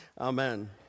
Amen